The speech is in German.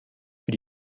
für